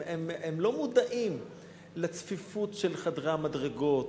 הם לא מודעים לצפיפות של חדרי המדרגות,